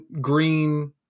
green